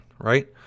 right